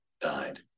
died